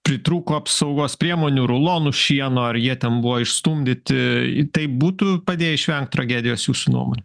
pritrūko apsaugos priemonių rulonų šieno ar jie ten buvo išstumdyti į tai būtų padėję išvengt tragedijos jūsų nuomo